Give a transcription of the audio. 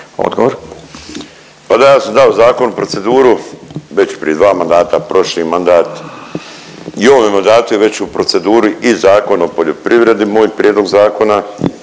(MOST)** Pa da ja sam dao zakon u proceduru već prije 2 mandata. Prošli mandat i u ovom mandatu je već u proceduru i Zakon o poljoprivredi moj prijedlog zakona